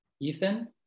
Ethan